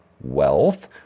wealth